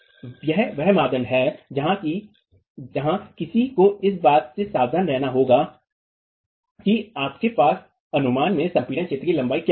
तो यह वह मानदंड है जहां किसी को इस बात से सावधान रहना होगा कि आपके अनुमान में संपीड़ित क्षेत्र की लंबाई क्या है